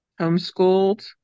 Homeschooled